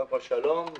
קודם כול, שלום.